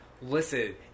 listen